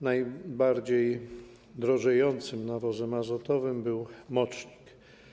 Najbardziej drożejącym nawozem azotowym był mocznik.